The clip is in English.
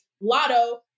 Lotto